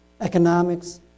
economics